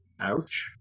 Ouch